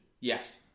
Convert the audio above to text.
Yes